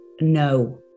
no